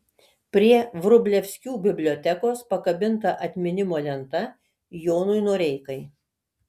prie vrublevskių bibliotekos pakabinta atminimo lenta jonui noreikai